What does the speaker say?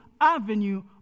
avenue